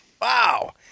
Wow